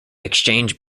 exchanged